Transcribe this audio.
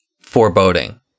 foreboding